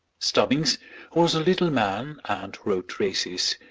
stubbings, who was a little man and rode races,